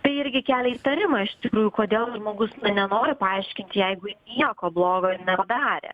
tai irgi kelia įtarimą iš tikrųjų kodėl žmogus na nenori paaiškint jeigu nieko blogo nedarė